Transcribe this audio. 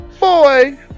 boy